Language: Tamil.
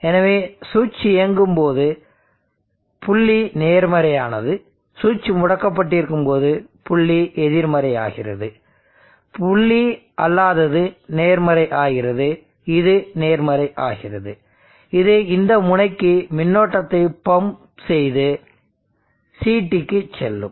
எனவே சுவிட்ச் இயங்கும் போது புள்ளி நேர்மறையானது சுவிட்ச் முடக்கப்பட்டிருக்கும் போது புள்ளி எதிர்மறையாகிறது புள்ளி அல்லாதது நேர்மறை ஆகிறது இது நேர்மறையாகிறது இது இந்த முனைக்கு மின்னோட்டத்தை பம்ப் செய்து CTக்கு செல்லும்